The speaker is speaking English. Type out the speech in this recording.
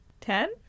Ten